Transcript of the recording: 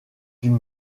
une